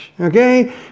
okay